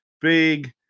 big